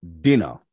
dinner